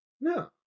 No